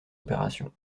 opération